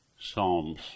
Psalms